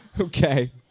Okay